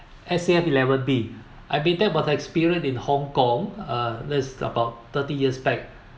S_A_F eleven B I been that about the experience in Hong-Kong uh that's about thirty years back